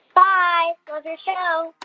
bye. love your show